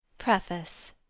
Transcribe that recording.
Preface